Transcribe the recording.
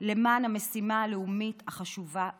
למען המשימה הלאומית החשובה ביותר: